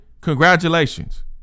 congratulations